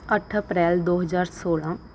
ਅੱਠ ਅਪ੍ਰੈਲ ਦੋ ਹਜ਼ਾਰ ਸੌਲ੍ਹਾਂ